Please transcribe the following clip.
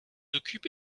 occupe